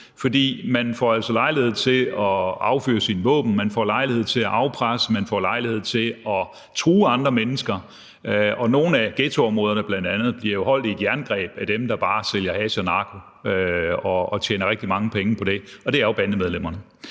fordi man altså får lejlighed til at affyre sine våben. Man får lejlighed til at afpresse. Man får lejlighed til at true andre mennesker. Og bl.a. nogle af ghettoområderne bliver jo holdt i et jerngreb af dem, der bare sælger hash og narko og tjener rigtig mange penge på det. Og det er jo bandemedlemmerne.